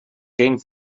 geen